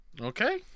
Okay